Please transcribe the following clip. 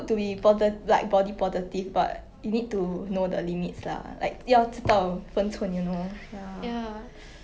you know my relatives always do that [one] then I don't know what to say sia then I just like 有有有有